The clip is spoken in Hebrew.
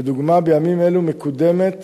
לדוגמה, בימים אלה מקודמת